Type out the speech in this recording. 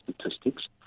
statistics